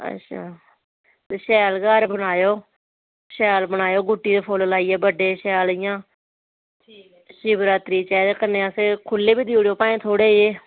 अच्छा ते शैल घर बनायो शैल बनाओ गुट्टी दे शैल इंया शिवरात्री चाहिदे खुल्ले बी देई ओड़ेओ भाऐं